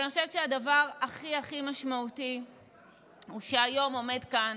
אבל אני חושבת שהדבר הכי הכי משמעותי הוא שהיום עומד כאן